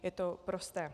Je to prosté.